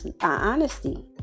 honesty